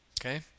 Okay